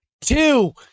two